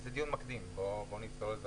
וזה דיון מקדים, בואו נזכור את זה.